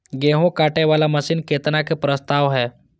गेहूँ काटे वाला मशीन केतना के प्रस्ताव हय?